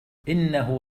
إنه